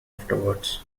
afterward